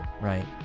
right